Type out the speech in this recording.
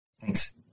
thanks